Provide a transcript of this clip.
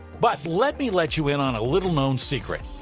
but let me let you in on a little known secret.